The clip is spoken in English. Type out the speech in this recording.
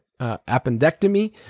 appendectomy